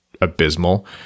abysmal